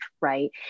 right